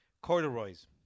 Corduroy's